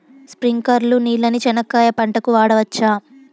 స్ప్రింక్లర్లు నీళ్ళని చెనక్కాయ పంట కు వాడవచ్చా?